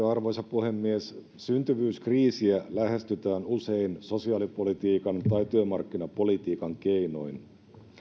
arvoisa puhemies syntyvyyskriisiä lähestytään usein sosiaalipolitiikan tai työmarkkinapolitiikan keinoin